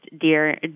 dear